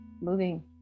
moving